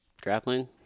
grappling